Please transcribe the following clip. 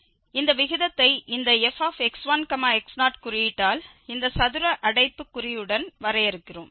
இந்த விகிதத்தை இந்த fx1x0 குறியீட்டால் இந்த சதுர அடைப்புக்குறியுடன் வரையறுக்கிறோம்